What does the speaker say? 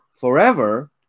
forever